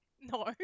No